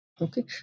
Okay